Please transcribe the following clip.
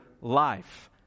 life